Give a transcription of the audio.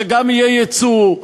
שגם יהיה יצוא,